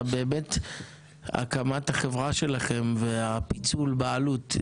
הקמת החברה שלכם והפיצול בעלות,